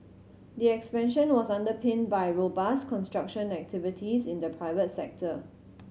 the expansion was underpinned by robust construction activities in the private sector